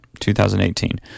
2018